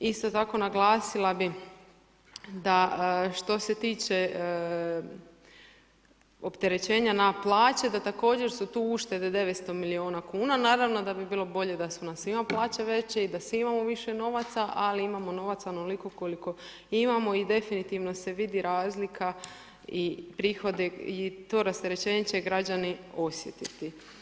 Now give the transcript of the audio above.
Isto tako naglasila bi da što se tiče opterećenja na plaće, da također su tu uštede 900 milijuna kn, naravno da bi bilo bolje da su nam svima plaće veće i da svi imamo više novaca, ali imamo novaca onoliko koliko imamo i definitivno se vidi razlika i to rasterećenje će građani osjetiti.